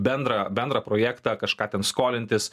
bendrą bendrą projektą kažką ten skolintis